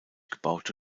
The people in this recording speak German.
gebaute